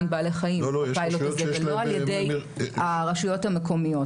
בעלי חיים ולא על ידי הרשויות המקומיות.